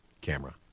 camera